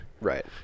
right